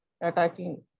attacking